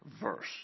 verse